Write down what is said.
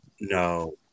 no